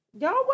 Y'all